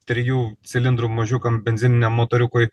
trijų cilindrų mažiukam benzininiam motoriukui